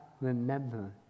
remember